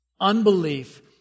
Unbelief